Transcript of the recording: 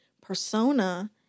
persona